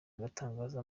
agatanga